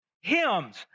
hymns